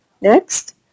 Next